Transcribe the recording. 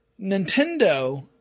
Nintendo